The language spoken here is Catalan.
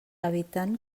evitant